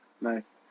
nice